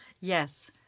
Yes